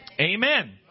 Amen